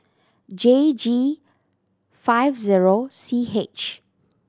J G five zero C H